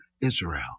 Israel